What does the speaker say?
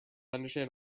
understand